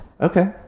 okay